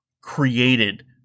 created